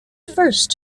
first